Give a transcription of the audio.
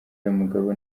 mugabo